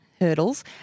hurdles